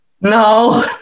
No